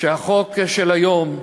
שהחוק של היום,